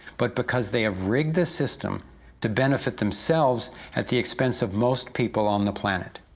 but because they have rigged the system to benefit themselves at the expense of most people on the planet.